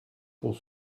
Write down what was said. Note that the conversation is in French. pour